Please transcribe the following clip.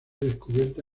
descubierta